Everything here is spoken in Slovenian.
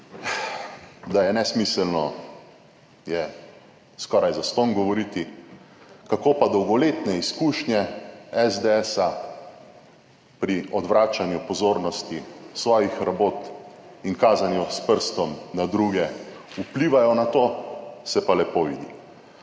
Da je nesmiselno, je skoraj zastonj govoriti. Kako pa dolgoletne izkušnje SDS pri odvračanju pozornosti svojih rabot in kazanju s prstom na druge vplivajo na to, se pa lepo vidi.